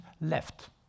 left